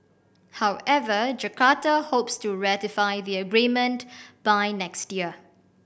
however Jakarta hopes to ratify the agreement by next year